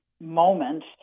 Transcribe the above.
moment